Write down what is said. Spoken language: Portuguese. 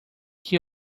que